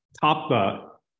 top